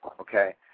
Okay